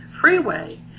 freeway